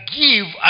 give